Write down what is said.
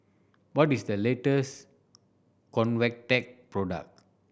what is the latest Convatec product